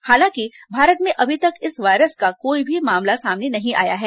हालांकि भारत में अभी तक इस वायरस का कोई भी मामला सामने नहीं आया है